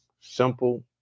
Simple